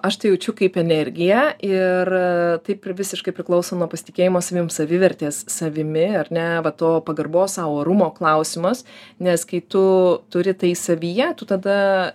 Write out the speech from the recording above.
aš tai jaučiu kaip energiją ir taip ir visiškai priklauso nuo pasitikėjimo savim savivertės savimi ar ne va to pagarbos sau orumo klausimas nes kai tu turi tai savyje tu tada